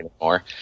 anymore